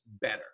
better